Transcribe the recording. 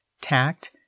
tact